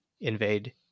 invade